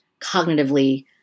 cognitively